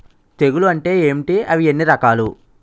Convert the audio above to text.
తెగులు అంటే ఏంటి అవి ఎన్ని రకాలు?